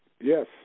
Yes